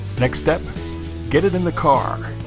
next step get it in the car.